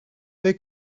they